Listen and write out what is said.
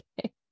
Okay